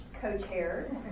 co-chairs